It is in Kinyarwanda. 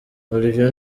olivier